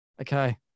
okay